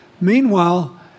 Meanwhile